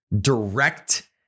direct